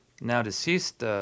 now-deceased